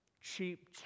cheap